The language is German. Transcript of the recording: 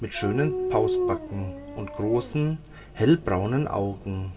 mit schönen pausbacken und großen hellbraunen augen